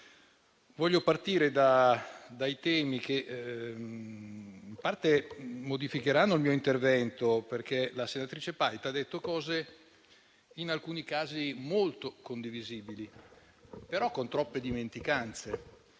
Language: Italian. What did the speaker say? Voglio partire dai temi che in parte modificheranno il mio intervento, perché la senatrice Paita ha detto cose in alcuni casi molto condivisibili, però con troppe dimenticanze.